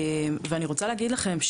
ואני רוצה להגיד לכם,